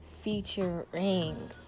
featuring